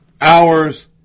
hours